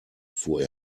fuhr